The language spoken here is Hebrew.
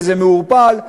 וזה מעורפל,